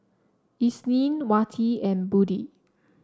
Isnin Wati and Budi